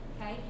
Okay